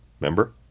remember